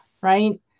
right